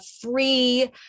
free